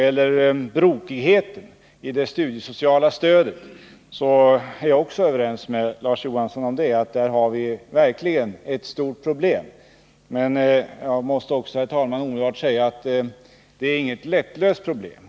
Nr 30 Jag är också överens med Larz Johansson om att brokigheten i det Fredagen den studiesociala stödet utgör ett stort problem. Men, herr talman, jag vill betona — 16 november 1979 att det inte är något lättlöst problem.